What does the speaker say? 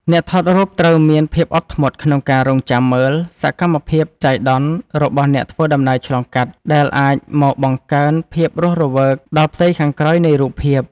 អ្នកថតរូបត្រូវមានភាពអត់ធ្មត់ក្នុងការរង់ចាំមើល សកម្មភាពចៃដន្យរបស់អ្នកធ្វើដំណើរឆ្លងកាត់ ដែលអាចមកបង្កើនភាពរស់រវើកដល់ផ្ទៃខាងក្រោយនៃរូបភាព។